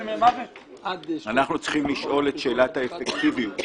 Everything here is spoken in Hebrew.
אבל אנחנו צריכים לשאול את שאלת האפקטיביות.